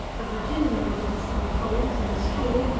a virginian, with some poles and straw,